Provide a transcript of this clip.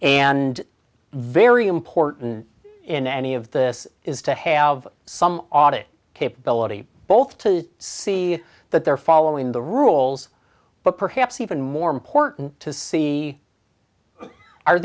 and very important in any of this is to have some audit capability both to see that they're following the rules but perhaps even more important to see are